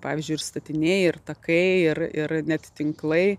pavyzdžiui ir statiniai ir takai ir ir net tinklai